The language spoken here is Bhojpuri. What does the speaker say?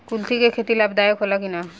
कुलथी के खेती लाभदायक होला कि न?